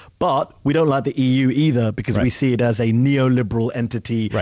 but we don't like the eu either because we see it as a neoliberal entity,